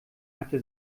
hatte